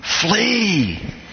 Flee